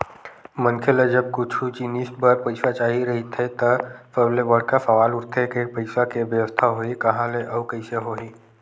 मनखे ल जब कुछु जिनिस बर पइसा चाही रहिथे त सबले बड़का सवाल उठथे के पइसा के बेवस्था होही काँहा ले अउ कइसे होही